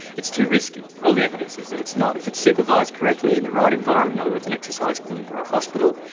it's too risky. all the evidence is that it's not. if it's supervised correctly in the right environment, in other words an exercise clinic or a hospital,